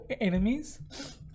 enemies